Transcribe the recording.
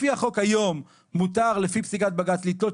לפי החוק היום מותר לפי פסיקת בג"צ לתלות